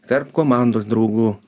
tarp komandos draugų